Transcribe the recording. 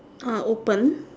ah open